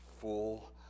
full